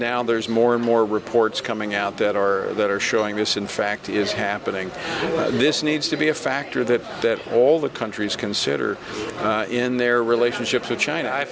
now there's more and more reports coming out that or that are showing this in fact is happening this needs to be a factor that all the countries consider in their relationship to china i